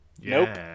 nope